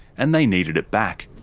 and they needed it back.